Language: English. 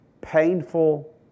painful